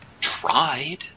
tried